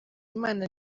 imana